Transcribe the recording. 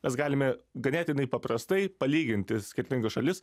mes galime ganėtinai paprastai palyginti skirtingas šalis